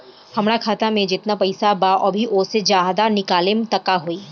हमरा खाता मे जेतना पईसा बा अभीओसे ज्यादा निकालेम त का होई?